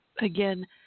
again